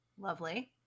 Lovely